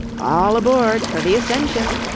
all aboard for the ascension,